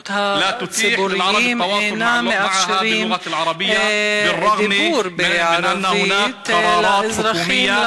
והמוסדות הציבוריים אינם מאפשרים דיבור בערבית לאזרחים,